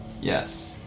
Yes